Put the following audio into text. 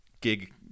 gig